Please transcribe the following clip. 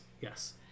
yes